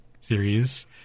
series